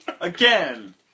Again